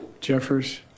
Jeffers